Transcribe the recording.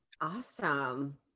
Awesome